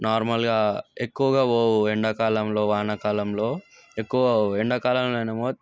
నార్మల్గా ఎక్కవగా పోవు ఎండాకాలంలో వానాకాలంలో ఎక్కువగా పోవు ఎండాకాలంలో ఏమో